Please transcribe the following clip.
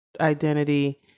identity